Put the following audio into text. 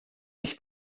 ich